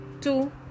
two